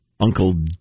Uncle